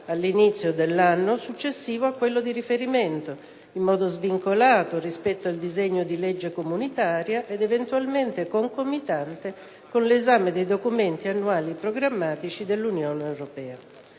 all'inizio dell'anno successivo a quello di riferimento, in modo svincolato rispetto al disegno di legge comunitaria ed eventualmente concomitante con l'esame dei documenti annuali programmatici dell'Unione europea.